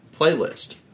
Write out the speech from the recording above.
playlist